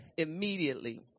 immediately